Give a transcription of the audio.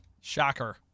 Shocker